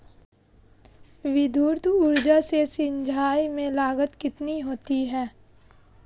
विद्युत ऊर्जा से सिंचाई में लागत कितनी होती है?